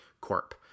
Corp